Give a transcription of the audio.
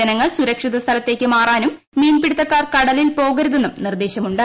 ജനങ്ങൾ സുരക്ഷിത സ്ഥലത്തേക്ക് മാറാനും മീൻ പിടുത്തക്കാർ കടലിൽ പോകരുതെന്നും നിർദ്ദേശമുണ്ട്